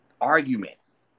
arguments